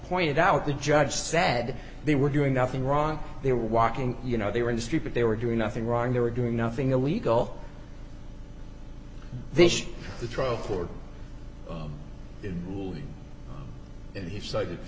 pointed out the judge said they were doing nothing wrong they were walking you know they were in the street but they were doing nothing wrong they were doing nothing illegal this the trial court ruling and he said it's